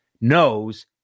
knows